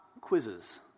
quizzes